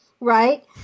right